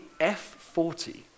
F40